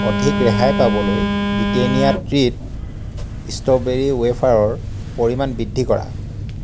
অধিক ৰেহাই পাবলৈ ব্ৰিটেনিয়া ট্ৰীট ষ্ট্ৰবেৰী ৱেফাৰৰ পৰিমাণ বৃদ্ধি কৰা